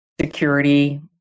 security